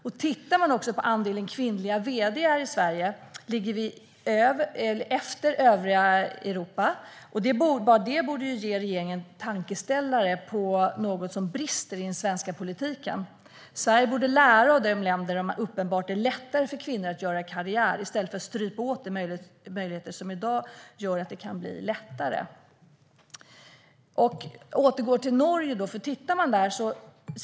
Om man tittar på andelen kvinnliga vd:ar i Sverige ligger vi efter övriga Europa. Bara det borde ge regeringen en tankeställare om något som brister i den svenska politiken. Sverige borde lära av de länder där det är uppenbart lättare för kvinnor att göra karriär i stället för att strypa de möjligheter som i dag gör att det kan bli lättare. Jag återgår till Norge.